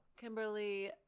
Kimberly